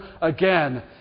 again